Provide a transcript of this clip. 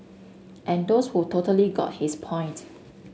and those who totally got his point